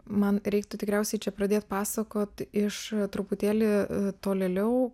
man reiktų tikriausiai čia pradėt pasakot iš truputėlį tolėliau